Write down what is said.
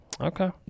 Okay